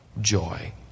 joy